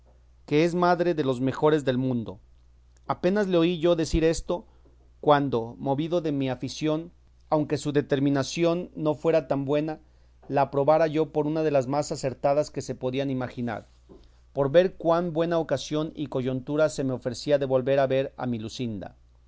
que es madre de los mejores del mundo apenas le oí yo decir esto cuando movido de mi afición aunque su determinación no fuera tan buena la aprobara yo por una de las más acertadas que se podían imaginar por ver cuán buena ocasión y coyuntura se me ofrecía de volver a ver a mi luscinda